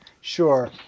sure